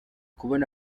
kubona